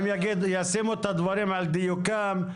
והם ישימו את הדברים על דיוקם.